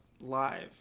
live